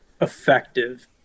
effective